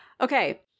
Okay